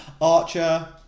Archer